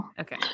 Okay